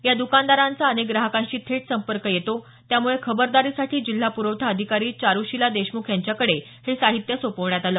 या द्कानदारांचा अनेक ग्राहकांशी थेट संपर्क येतो त्यामुळे खबरदारीसाठी जिल्हा पुरवठा अधिकारी चारुशीला देशमुख यांच्याकडे हे साहित्य सोपवण्यात आलं